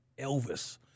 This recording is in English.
Elvis